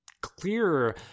clear